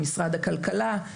במשרד הכלכלה.